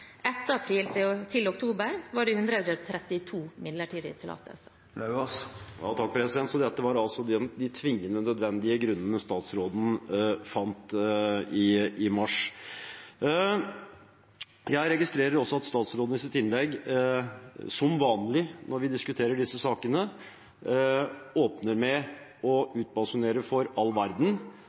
april til oktober ble det gitt 132 midlertidige tillatelser. Dette var altså de tvingende nødvendige grunnene statsråden fant i mars. Jeg registrerer også at statsråden i sitt innlegg, som vanlig når vi diskuterer disse sakene, åpner med å utbasunere for all verden